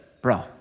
bro